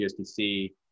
USDC